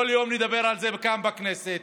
כל יום נדבר על זה כאן בכנסת.